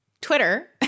Twitter